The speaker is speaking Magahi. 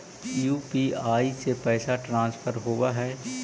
यु.पी.आई से पैसा ट्रांसफर होवहै?